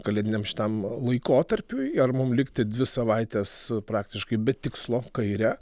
kalėdiniam šitam laikotarpiui ar mum likti dvi savaites praktiškai be tikslo kaire